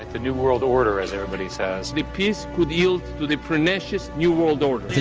the new world order, as everybody says. the peace could yield to the pernicious new world order.